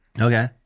Okay